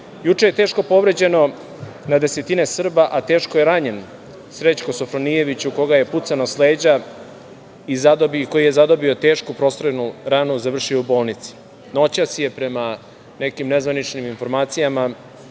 Juče je teško povređeno na desetina Srba, a teško je ranjen Srećko Sofronijević u koga je pucano s leđa i koji je zadobio tešku prostrelnu ranu i završio u bolnicu. Noćas je, prema nekim nezvaničnim informacijama